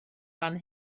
fan